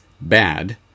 Bad